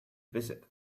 visit